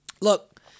Look